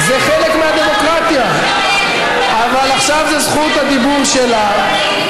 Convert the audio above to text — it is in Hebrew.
זה חלק מהדמוקרטיה, אבל עכשיו זו זכות הדיבור שלה.